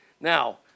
Now